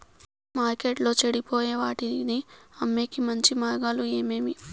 మార్కెట్టులో చెడిపోయే వాటిని అమ్మేకి మంచి మార్గాలు ఏమేమి